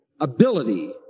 ability